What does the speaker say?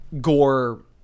gore